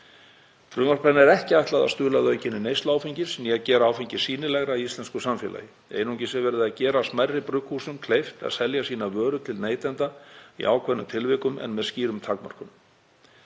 Frumvarpinu er ekki ætlað að stuðla að aukinni neyslu áfengis eða gera áfengi sýnilegra í íslensku samfélagi. Einungis er verið að gera smærri brugghúsum kleift að selja sína vöru til neytenda í ákveðnum tilvikum en með skýrum takmörkunum.